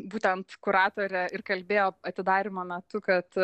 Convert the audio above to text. būtent kuratorė ir kalbėjo atidarymo metu kad